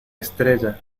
estrella